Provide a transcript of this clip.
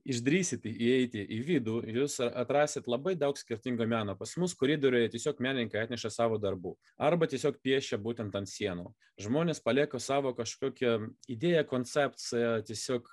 išdrįsit įeiti į vidų jūs atrasit labai daug skirtingo meno pas mus koridoriuje tiesiog menininkai atneša savo darbų arba tiesiog piešia būtent ant sienų žmonės palieka savo kažkokią idėją koncepciją tiesiog